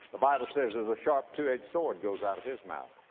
the bible says there's a sharp two-edged sword goes out of his mouth.